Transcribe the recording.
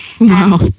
Wow